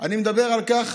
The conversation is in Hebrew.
אני מדבר על כך